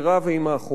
והיא מאחורינו.